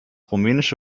rumänische